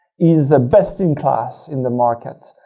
is the best in class in the market.